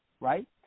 right